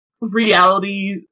reality